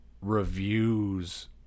reviews